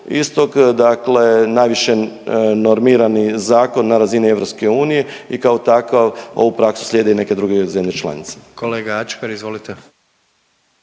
istog, dakle najviše normirani zakon na razini EU i kao takav ovu praksu slijede i neke druge zemlje članice. **Jandroković,